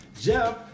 Jeff